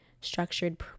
structured